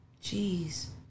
Jeez